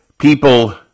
people